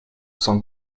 s’en